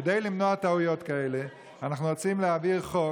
כדי למנוע טעויות כאלה אנחנו רוצים להעביר חוק